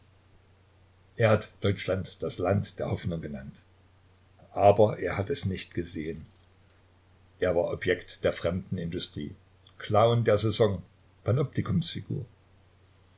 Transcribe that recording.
er hat deutschland das land der hoffnung genannt aber er hat es nicht gesehen er war objekt der fremdenindustrie clown der saison